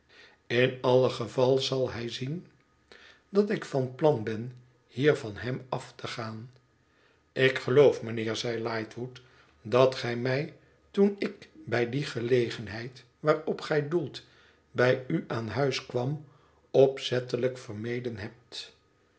in alle geval zal hij zien dat ik van plan ben hier van hem af te gaan ik geloof mijnheer zei lightwood dat gij mij toen ik bij die gelegenheid waarop gij doelt bij u aan huis kwam opzettelijk vermeden hebt